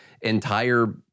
entire